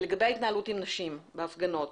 לגבי ההתנהלות עם נשים בהפגנות.